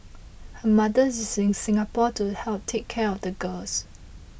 her mother is in Singapore to help take care of the girls